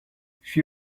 she